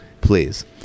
Please